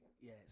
Yes